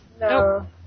No